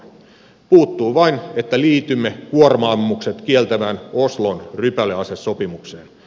puuttuu vain että liitymme kuorma ammukset kieltävään oslon rypäleasesopimukseen